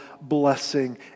blessing